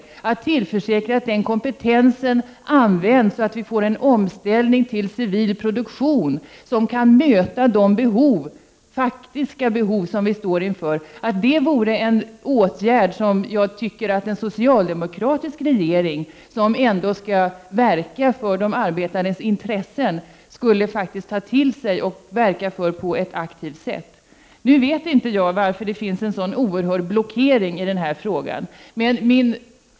Vi vill att den 16 november 1989 kompetensen används och att vi får en omställning till civil produktion som AA kan möta de faktiska behov som vi står inför. Jag tycker att det vore en åtgärd som den socialdemokratiska regeringen, som ändå vill verka för de arbetandes intressen, borde ta till sig och verka för på ett aktivt sätt. Jag vet inte varför det finns en sådan oerhörd blockering i den här frågan.